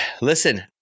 Listen